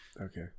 Okay